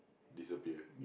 disappear